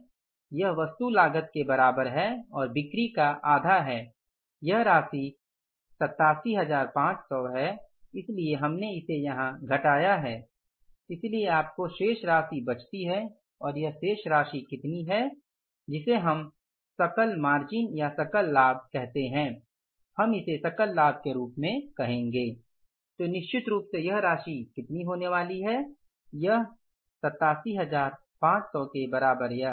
यह वस्तु लागत के बराबर है और बिक्री का आधा है यह राशि 87500 है इसलिए हमने इसे यहां घटाया है इसलिए आपको शेष राशि बचती है और शेष राशि कितनी है जिसे हम सकल मार्जिन या सकल लाभ कहते है हम इसे सकल लाभ के रूप में कहेंगे तो निश्चित रूप से यह राशि कितनी होने वाली है यह 87500 के बराबर है